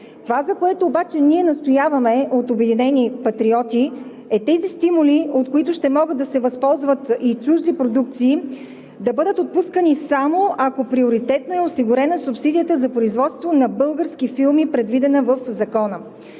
Това, за което обаче ние настояваме от „Обединени патриоти“, е тези стимули, от които ще могат да се възползват и чужди продукции, да бъдат отпускани само ако приоритетно е осигурена субсидията за производство на български филми, предвидена в Закона.